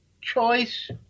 choice